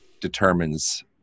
determines